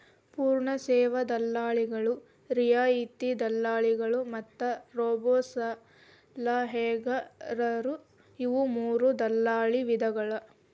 ಪೂರ್ಣ ಸೇವಾ ದಲ್ಲಾಳಿಗಳು, ರಿಯಾಯಿತಿ ದಲ್ಲಾಳಿಗಳು ಮತ್ತ ರೋಬೋಸಲಹೆಗಾರರು ಇವು ಮೂರೂ ದಲ್ಲಾಳಿ ವಿಧಗಳ